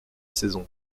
saison